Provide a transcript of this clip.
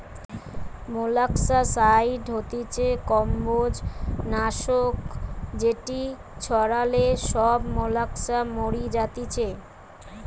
molluscicide হতিছে কম্বোজ নাশক যেটি ছড়ালে সব মোলাস্কা মরি যাতিছে